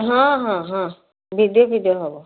ହଁ ହଁ ହଁ ଭିଡ଼ିଓ ଫିଡ଼ିଓ ହେବ